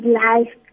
life